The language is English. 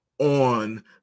on